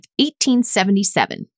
1877